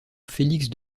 félix